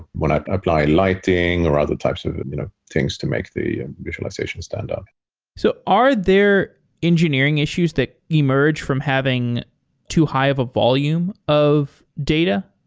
when i apply lighting or other types of of you know things to make the visualization stand up so are there engineering issues that emerge from having too high of a volume of data?